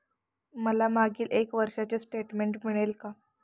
मला मागील एक वर्षाचे स्टेटमेंट मिळेल का?